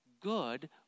good